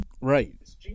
Right